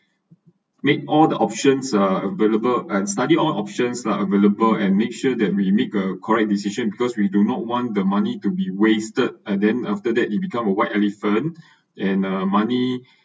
make all the options uh are available and study all options are available and make sure that we made a correct decision because we do not want the money to be wasted and then after that it become a white elephant and uh money